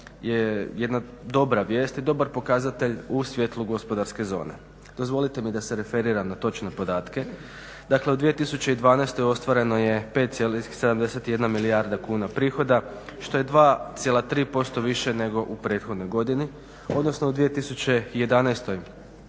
jedna dobra vijest i dobar pokazatelj u svijetlu gospodarske zone. Dozvolite mi da se referiram na točne podatke, dakle u 2012. ostvareno je 5,71 milijarda kuna prihoda što je 2,3% više nego u prethodnoj godini odnosno u 2011.